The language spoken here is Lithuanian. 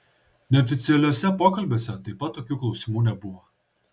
neoficialiuose pokalbiuose taip pat tokių klausimų nebuvo